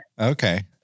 Okay